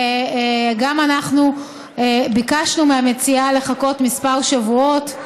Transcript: וגם אנחנו ביקשנו מהמציעה לחכות כמה שבועות,